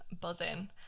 buzzing